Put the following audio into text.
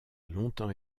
longtemps